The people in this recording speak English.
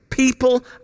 People